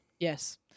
Yes